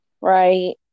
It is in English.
Right